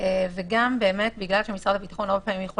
וגם באמת בגלל שמשרד הביטחון הרבה פעמים יכול